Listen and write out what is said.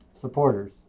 supporters